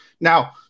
Now